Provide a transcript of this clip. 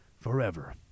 forever